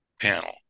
panel